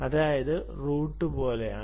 അതായത് റൂട്ട് പോലെയാണ്